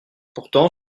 pourtant